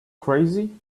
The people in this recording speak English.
crazy